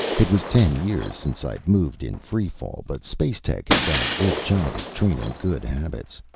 it was ten years since i'd moved in free fall, but space tech had done a good job of training good habits.